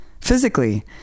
physically